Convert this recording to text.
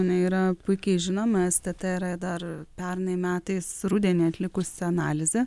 yra puikiai žinoma stt yra darpernai metais rudenį atlikusi analizę